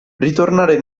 ritornare